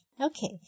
Okay